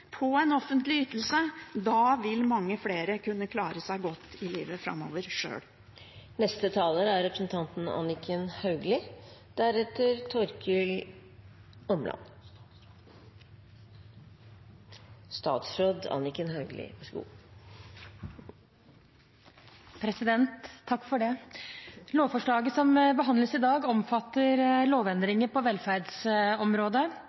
på en offentlig ytelse. Da vil mange flere framover kunne klare seg godt i livet sjøl. Lovforslaget som behandles i dag,